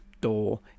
door